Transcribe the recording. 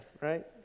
right